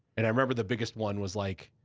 and i remember the biggest one was like,